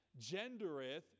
gendereth